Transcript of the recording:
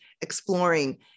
exploring